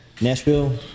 Nashville